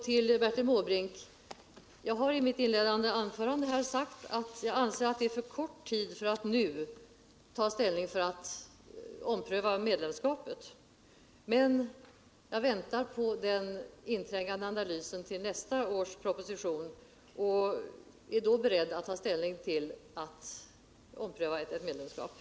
Till Bertil Måbrink vill jag säga: Jag har i mitt inledningsanförande sagt att jag anser det har gått för kort tid för att nu ompröva medlemskapet. Jag väntar på den inträngande analysen till nästa års proposition och är då beredd att ta ställning till att ompröva medlemskapet.